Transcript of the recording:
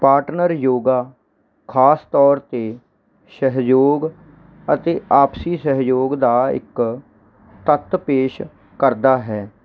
partner yoga ਖਾਸ ਤੌਰ 'ਤੇ ਸਹਿਯੋਗ ਅਤੇ ਆਪਸੀ ਸਹਿਯੋਗ ਦਾ ਇੱਕ ਤੱਤ ਪੇਸ਼ ਕਰਦਾ ਹੈ